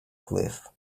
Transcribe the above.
cliff